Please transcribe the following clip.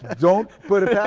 ah don't put it